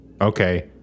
okay